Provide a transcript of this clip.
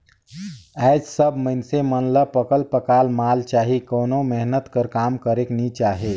आएज सब मइनसे मन ल पकल पकाल माल चाही कोनो मेहनत कर काम करेक नी चाहे